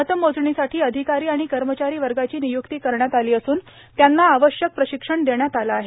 मतमोजणीसाठी अधिकारी आीण कमचारी वगाची निय्कती करण्यात आली असून त्यांना आवश्यक प्रशिक्षण देण्यात आलं आहे